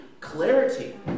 Clarity